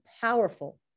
powerful